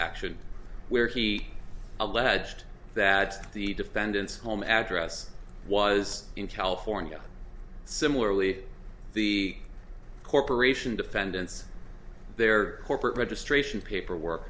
action where he alleged that the defendant's home address was in california similarly the corporation defendants their corporate registration paperwork